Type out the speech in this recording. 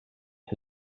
who